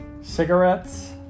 cigarettes